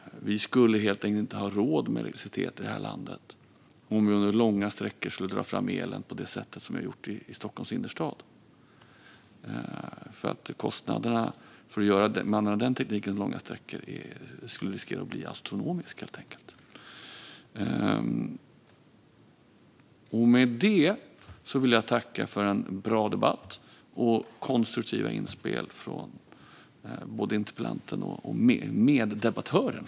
Vi skulle helt enkelt inte ha råd med elektricitet i det här landet om vi under långa sträckor skulle dra fram elen på det sätt som vi har gjort i Stockholms innerstad. Kostnaderna för att använda den tekniken långa sträckor skulle helt enkelt riskera att bli astronomiska. Med det vill jag tacka för en bra debatt och konstruktiva inspel från både interpellanten och meddebattören.